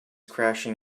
crashing